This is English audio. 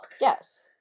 yes